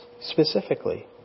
Specifically